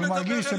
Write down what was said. אני מדבר אליך.